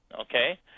okay